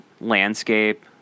landscape